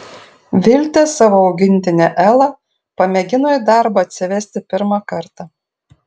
viltė savo augintinę elą pamėgino į darbą atsivesti pirmą kartą